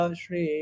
shri